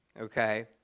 Okay